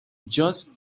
just